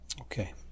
Okay